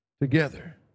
together